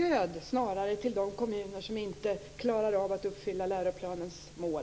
gäller stöd till de kommuner som inte klarar att uppfylla läroplanens mål.